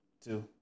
two